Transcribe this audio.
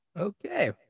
Okay